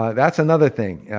that's another thing. yeah